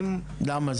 למה?